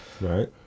Right